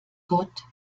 gott